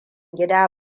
gida